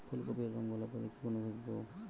ফুল কপির রং গোলাপী হলে কি অনুখাদ্য দেবো?